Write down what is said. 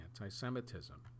anti-Semitism